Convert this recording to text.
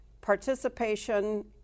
participation